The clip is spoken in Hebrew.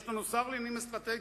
יש לנו שר לעניינים אסטרטגיים,